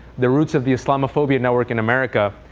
the roots of the islamophobia network in america,